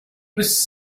was